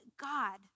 God